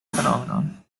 phenomenon